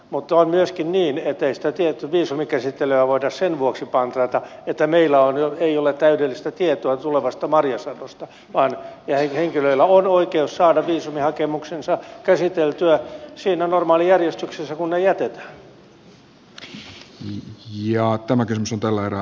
mutta on myöskin niin että ei sitä tietyn viisumin käsittelyä voida sen vuoksi pantata että meillä ei ole täydellistä tietoa tulevasta marjasadosta vaan henkilöillä on oikeus saada viisumihakemuksensa käsiteltyä siinä normaalijärjestyksessä kuin ne jätetään